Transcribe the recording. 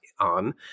on